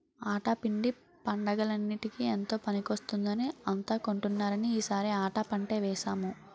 ఆటా పిండి పండగలన్నిటికీ ఎంతో పనికొస్తుందని అంతా కొంటున్నారని ఈ సారి ఆటా పంటే వేసాము